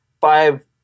five